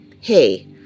hey